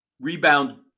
rebound